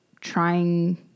trying